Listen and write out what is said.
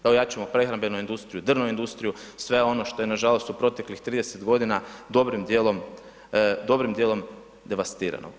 Da ojačamo prehrambenu industriju, drvnu industriju, sve ono što je nažalost u proteklih 30 g. dobrim dijelom devastirano.